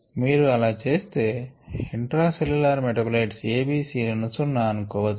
ddt0 మీరు అలా చేస్తే intracellular metabolites A B C లను సున్న అనుకోవచ్చు